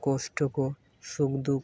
ᱠᱚᱥᱴᱚ ᱠᱚ ᱥᱩᱠᱷ ᱫᱩᱠᱷ